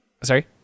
Sorry